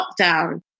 lockdown